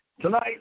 Tonight